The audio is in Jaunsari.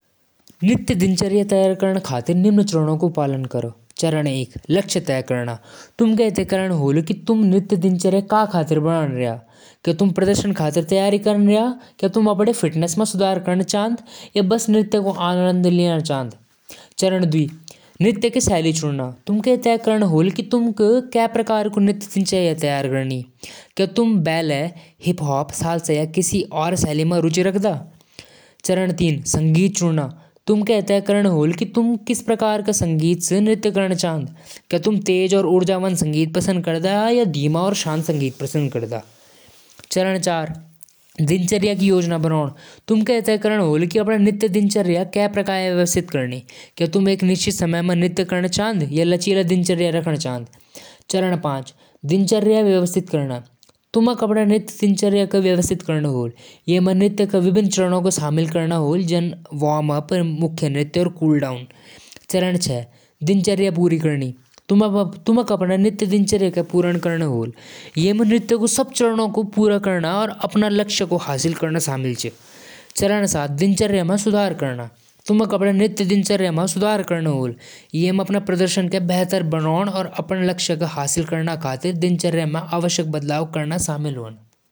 ऑमलेट बनाण क लिए दो तीन अंडा ल्यू। अंडा तोड़के कटोरी म डालदु और हल्का नमक-मिर्च डालकु फेंटदु। तवा गरम करदु और थोड़ी घी या तेल लगादु। अंडा क मिश्रण तवा म डालदु और फैलादु। हल्का-हल्का पकण द्यु। अगर चौंस स्वाद चहि, त प्याज, धनिया और टमाटर काटकु डालदु। पलटके दूसरी कात स भी हल्का पकादु। गरम-गरम ऑमलेट रोटी या ब्रेड स परोसदु।